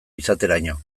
izateraino